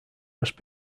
must